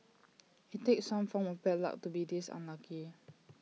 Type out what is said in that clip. IT takes some form of bad luck to be this unlucky